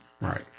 Right